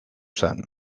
zen